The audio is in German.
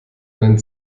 einen